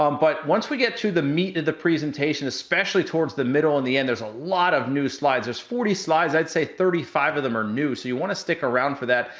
um but once we get to the meat of the presentation, especially, towards the middle and the and there's a lot of news slides. there's forty slides, and i'd say thirty five of them are new. so, you wanna stick around for that.